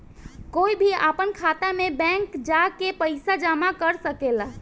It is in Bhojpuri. कोई भी आपन खाता मे बैंक जा के पइसा जामा कर सकेला